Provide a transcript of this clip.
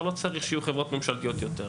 לא צריך שיהיו חברות ממשלתיות יותר.